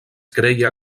creia